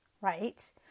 right